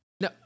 No